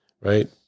right